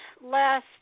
last